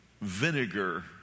vinegar